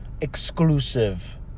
exclusive